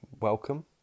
welcome